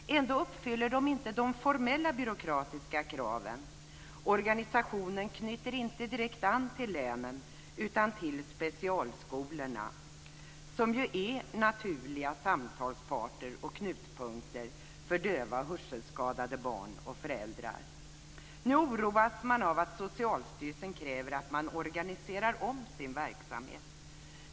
Ändå uppfyller man inte de formella byråkratiska kraven. Organisationen knyter inte direkt an till länen utan till specialskolorna, som ju är naturliga samtalsparter och knutpunkter för döva och hörselskadade barn och deras föräldrar. Nu oroas man av att Socialstyrelsen kräver att man organiserar om sin verksamhet.